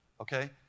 okay